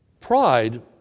Pride